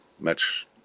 match